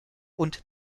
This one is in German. und